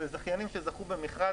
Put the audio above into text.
זכיינים שזכו במכרז,